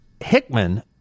Hickman